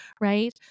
Right